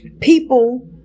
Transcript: people